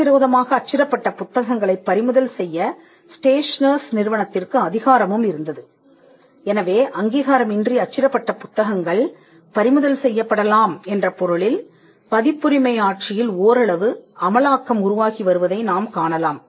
சட்டவிரோதமாக அச்சிடப்பட்ட புத்தகங்களை பறிமுதல் செய்ய ஸ்டேஷனர்ஸ் நிறுவனத்திற்கு அதிகாரமும் இருந்தது எனவே அங்கீகாரம் இன்றி அச்சிடப்பட்ட புத்தகங்கள் பறிமுதல் செய்யப்படலாம் என்ற பொருளில் பதிப்புரிமை ஆட்சியில் ஓரளவு அமலாக்கம் உருவாகி வருவதை நாம் காணலாம்